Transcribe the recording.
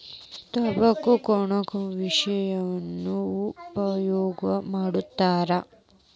ತಂಬಾಕ ಕೊಯ್ಯಾಕು ಮಿಶೆನ್ ಉಪಯೋಗ ಮಾಡತಾರ